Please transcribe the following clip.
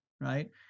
Right